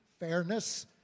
Fairness